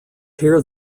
here